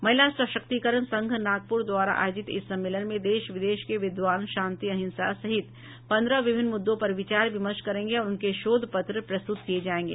महिला सशक्तिकरण संघ नागपुर द्वारा आयोजित इस सम्मेलन में देश विदेश के विद्वान शांति अहिंसा सहित पंद्रह विभिन्न मृद्दों पर विचार विमर्श करेंगे और उनके शोध पत्र प्रस्तुत किये जायेंगे